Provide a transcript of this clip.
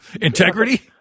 Integrity